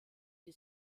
die